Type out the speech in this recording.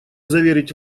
заверить